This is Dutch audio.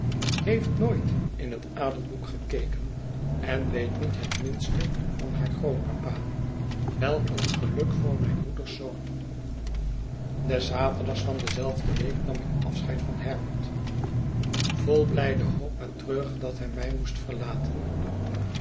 heeft nooit in het adelboek gekeken en weet niet het minste van haar grootpapa welk een geluk voor mijn moeders zoon des zaterdags van dezelfde week nam ik afscheid van herbert vol blijde hoop maar treurig dat hij mij moest verlaten